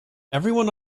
everyone